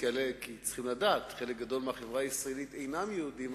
הלכה ואין מורים כן.